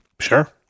sure